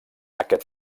aquest